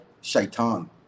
shaitan